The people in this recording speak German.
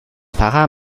pfarrer